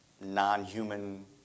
non-human